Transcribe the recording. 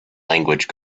language